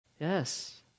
Yes